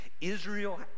Israel